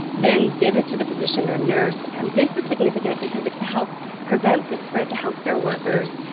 then give it to the physician or nurse. and this is significant because it could help prevent the spread to health care workers.